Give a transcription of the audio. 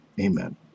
Amen